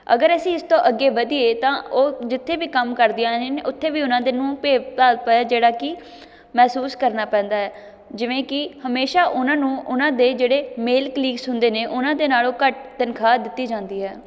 ਅਗਰ ਅਸੀਂ ਇਸ ਤੋਂ ਅੱਗੇ ਵਧੀਏ ਤਾਂ ਉਹ ਜਿੱਥੇ ਵੀ ਕੰਮ ਕਰਦੀਆਂ ਹਨ ਉੱਥੇ ਵੀ ਉਹਨਾਂ ਦੇ ਨੂੰ ਭੇਦਭਾਵ ਜਿਹੜਾ ਕਿ ਮਹਿਸੂਸ ਕਰਨਾ ਪੈਂਦਾ ਹੈ ਜਿਵੇਂ ਕਿ ਹਮੇਸ਼ਾ ਉਹਨਾਂ ਨੂੰ ਉਹਨਾਂ ਦੇ ਜਿਹੜੇ ਮੇਲ ਕਲੀਗਸ ਹੁੰਦੇ ਨੇ ਉਹਨਾਂ ਦੇ ਨਾਲੋਂ ਘੱਟ ਤਨਖਾਹ ਦਿੱਤੀ ਜਾਂਦੀ ਹੈ